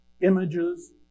images